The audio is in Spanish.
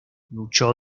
luchó